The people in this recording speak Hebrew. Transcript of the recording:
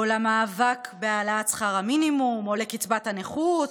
למאבק בהעלאת שכר המינימום או לקצבת הנכות,